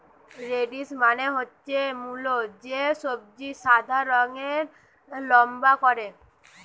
radish মানে হচ্ছে মুলো, যে সবজি সাদা রঙের লম্বা করে